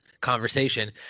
conversation